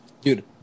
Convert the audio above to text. Dude